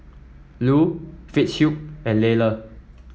Lew Fitzhugh and Lela